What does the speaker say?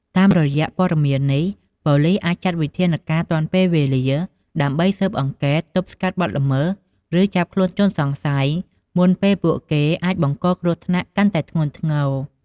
តាមរយៈព័ត៌មាននេះ ប៉ូលិសអាចចាត់វិធានការទាន់ពេលវេលា ដើម្បីស៊ើបអង្កេត ទប់ស្កាត់បទល្មើស ឬចាប់ខ្លួនជនសង្ស័យ មុនពេលពួកគេអាចបង្កគ្រោះថ្នាក់កាន់តែធ្ងន់ធ្ងរ។